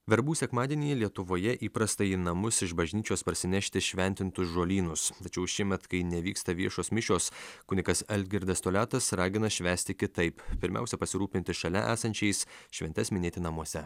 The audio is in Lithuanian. verbų sekmadienį lietuvoje įprasta į namus iš bažnyčios parsinešti šventintus žolynus tačiau šiemet kai nevyksta viešos mišios kunigas algirdas toliatas ragina švęsti kitaip pirmiausia pasirūpinti šalia esančiais šventes minėti namuose